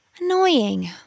Annoying